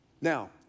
Now